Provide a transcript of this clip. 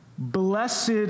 Blessed